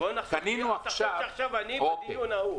בוא נדמיין שאנחנו עכשיו בדיון ההוא.